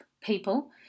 people